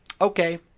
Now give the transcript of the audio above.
Okay